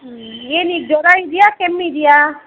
ಹ್ಞೂ ಏನೀಗ ಜ್ವರ ಇದೆಯಾ ಕೆಮ್ಮಿದೆಯಾ